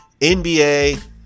NBA